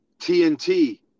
tnt